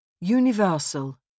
Universal